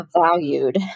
valued